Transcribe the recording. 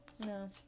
no